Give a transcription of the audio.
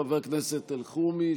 חבר הכנסת אלחרומי,